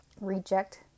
reject